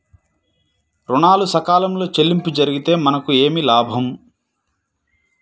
ఋణాలు సకాలంలో చెల్లింపు జరిగితే మనకు ఏమి లాభం?